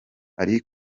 ari